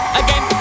again